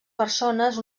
persones